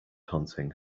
hunting